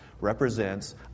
represents